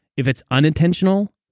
if it's unintentional,